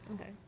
Okay